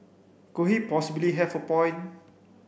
could he possibly have a point